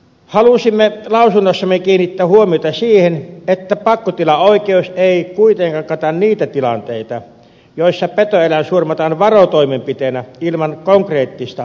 halusimme lausunnossamme kiinnittää huomiota siihen että pakkotilaoikeus ei kuitenkaan kata niitä tilanteita joissa petoeläin surmataan varotoimenpiteenä ilman konkreettista vaaraa